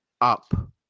up